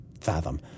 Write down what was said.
fathom